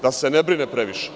Da se ne brine previše.